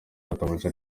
databuja